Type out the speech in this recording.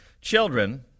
Children